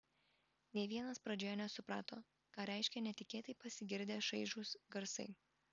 nė vienas pradžioje nesuprato ką reiškia netikėtai pasigirdę šaižūs garsai